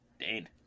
Dane